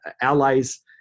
Allies